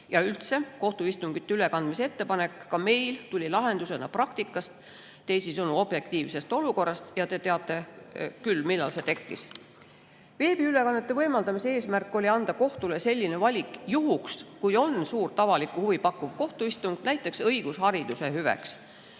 Üldse, kohtuistungite ülekandmise ettepanek tulenes ka meil praktikast, teisisõnu objektiivsest olukorrast. Te teate küll, millal see tekkis. Veebiülekannete võimaldamise eesmärk oli anda kohtule selline valik juhuks, kui on suurt avalikku huvi pakkuv kohtuistung, näiteks õigushariduse hüveks.